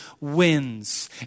wins